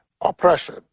oppression